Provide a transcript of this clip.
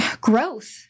growth